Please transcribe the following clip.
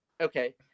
Okay